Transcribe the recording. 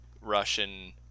Russian